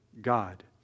God